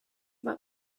about